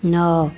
नौ